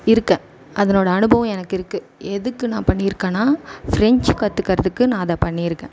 இருக்கேன் அதனுடைய அனுபவம் எனக்கு இருக்குது எதுக்கு நான் பண்ணியிருக்கனா பிரென்ஞ்ச் கற்றுக்கிறதுக்கு நான் அதை பண்ணியிருக்கேன்